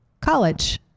college